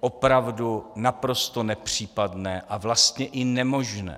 opravdu naprosto nepřípadné a vlastně i nemožné.